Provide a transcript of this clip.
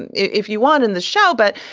and if you want in the show. but,